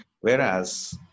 Whereas